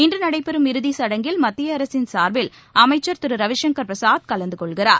இன்று நடைபெறும் இறுதிச் சுடங்கில் மத்திய அரசின் சார்பில் அமைச்சர் திரு ரவிசங்கர் பிரசாத் கலந்து கொள்கிறார்